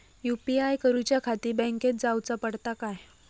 UPI करूच्याखाती बँकेत जाऊचा पडता काय?